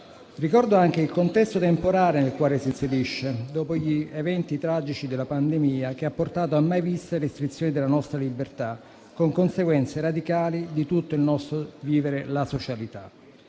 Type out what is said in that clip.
Ricordo anche il contesto temporale nel quale si inserisce, dopo gli eventi tragici della pandemia che ha portato a restrizioni mai viste della nostra libertà, con conseguenze radicali su tutto il nostro vivere la socialità.